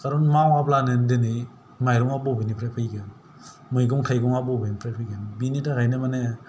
कारन मावाबानो दिनै माइरङा बबेनिफ्राय फैगोन मैगं थाइगङा बबेनिफ्राय फैगोन बेनि थाखायनो माने